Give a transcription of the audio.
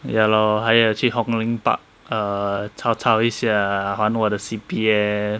ya lor 还有去 hong lim park err 吵吵一下 ah 还我的 C_P_F